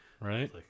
Right